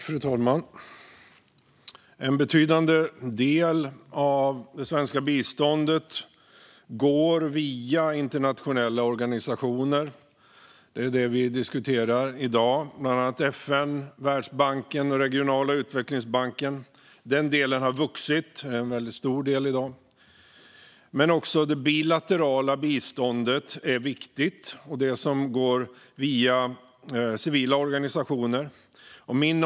Fru talman! En betydande del av det svenska biståndet går via internationella organisationer, bland annat FN, Världsbanken och regionala utvecklingsbanker. Det är detta vi diskuterar i dag. Den delen har vuxit och är i dag en väldigt stor del. Men också det bilaterala biståndet och det bistånd som går via civila organisationer är viktigt.